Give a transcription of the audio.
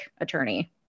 attorney